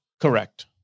Correct